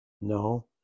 No